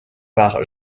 par